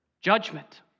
Judgment